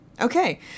Okay